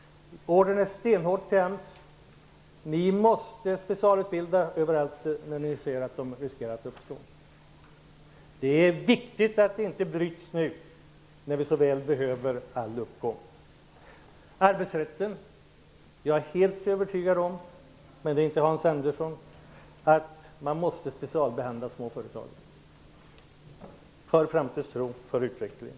Ordern till AMS är stenhård: Ni måste specialutbilda överallt när ni ser att problemen riskerar att uppstå! Det är viktigt att utvecklingen inte bryts nu, när vi så väl behöver all uppgång. Jag är helt övertygad om att man måste specialbehandla små företag vad gäller arbetsrätten för att skapa framtidstro och utveckling.